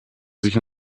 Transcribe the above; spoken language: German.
sich